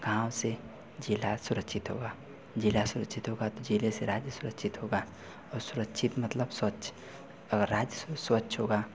गाँव से ज़िला सुरक्षित होगा ज़िला सुरक्षित होगा तो ज़िले से राज्य सुरक्षित होगा और सुरक्षित मतलब स्वच्छ अगर राज्य स्वच्छ होगा